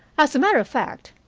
as a matter of fact,